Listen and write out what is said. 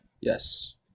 Yes